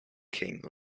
king